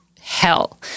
hell